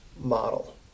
model